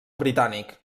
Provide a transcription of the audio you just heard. britànic